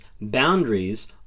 boundaries